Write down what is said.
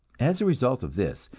as a result of this,